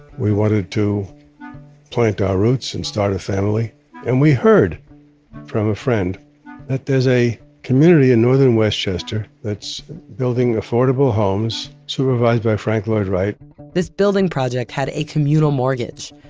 we wanted to plant our roots and start a family and we heard from a friend that there's a community in northern westchester that's building affordable homes, supervised by frank lloyd wright this building project had a communal mortgage.